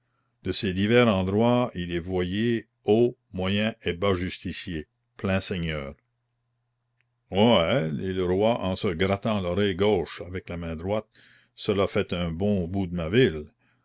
de ces divers endroits il est voyer haut moyen et bas justicier plein seigneur ouais dit le roi en se grattant l'oreille gauche avec la main droite cela fait un bon bout de ma ville